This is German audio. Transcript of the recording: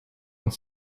und